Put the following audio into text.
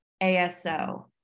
aso